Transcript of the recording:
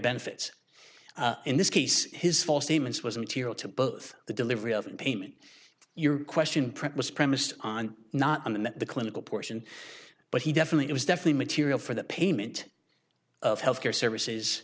benefits in this case his false statements was immaterial to both the delivery of payment your question print was premised on not on the met the clinical portion but he definitely it was definitely material for the payment of health care services